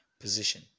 position